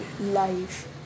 life